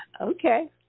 Okay